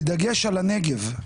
בדגש על הנגב.